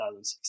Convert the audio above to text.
2016